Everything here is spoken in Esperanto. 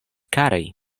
karaj